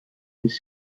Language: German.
bis